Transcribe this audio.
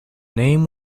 name